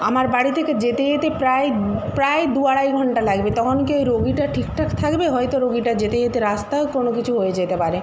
আমার বাড়ি থেকে যেতে যেতে প্রায় প্রায় দু আড়াই ঘণ্টা লাগবে তখন কি ওই রোগীটা ঠিকঠাক থাকবে হয়তো রোগীটা যেতে যেতে রাস্তায়ও কোনো কিছু হয়ে যেতে পারে